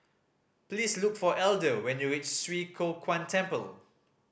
please look for Elder when you reach Swee Kow Kuan Temple